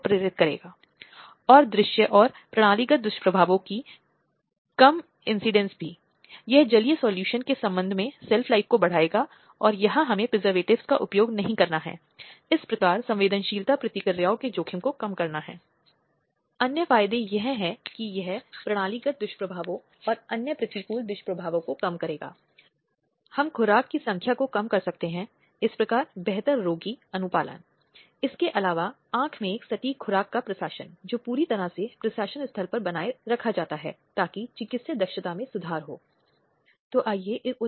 फिर से पीछा करने का अपराध एक अपराध है जहां एक व्यक्ति की लगातार निगरानी की जा रही है वे एक व्यक्ति की गतिविधि हैं व्यक्ति की दैनिक दिनचर्या व्यक्ति को हमेशा लगता है कि सब कुछ किसी अन्य व्यक्ति द्वारा मॉनिटर किया जा रहा है और इस तरह से पीछे लग के निगरानी या संपर्क करना जब यह उसकी इच्छा के विरुद्ध किसी महिला से संबंधित होता है तो यह पीछा करने के अपराध में आ जाता है